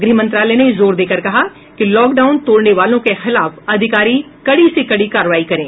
गृह मंत्रालय ने जोर देकर कहा कि लॉकडाउन तोड़ने वालों के खिलाफ अधिकारी कड़ी से कड़ी कार्रवाई करें